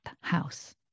house